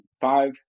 five